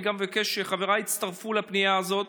ואני מבקש שגם חבריי יצטרפו לפנייה הזאת